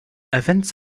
events